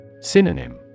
Synonym